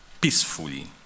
peacefully